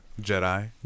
jedi